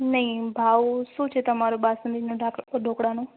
નઇ ભાવ શું છે તમારો બહારના ઢોકળાનો